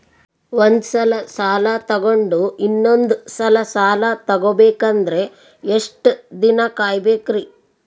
ಒಂದ್ಸಲ ಸಾಲ ತಗೊಂಡು ಇನ್ನೊಂದ್ ಸಲ ಸಾಲ ತಗೊಬೇಕಂದ್ರೆ ಎಷ್ಟ್ ದಿನ ಕಾಯ್ಬೇಕ್ರಿ?